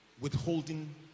withholding